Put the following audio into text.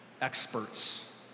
experts